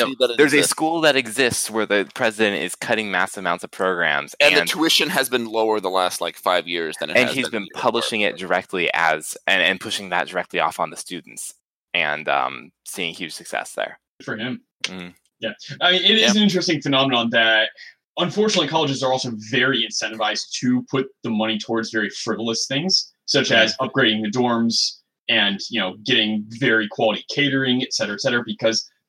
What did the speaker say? No, that it there's a exists. school that exists where the president is cutting massive amounts of programs, And the and- tuition has been lower the last, like, five years than it And has he's been the been year before. publishing it directly as- and- and pushing that directly off on the students, and, um, seeing huge success there. For him. Mm. Yeah. I mean, it is Yeah. an interesting phenomenon that, unfortunately, colleges are also very incentivized to put the money towards very frivolous things, such Mhm. as upgrading the dorms and, you know, getting very quality catering, etc., etc., because